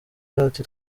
ati